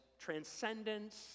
transcendence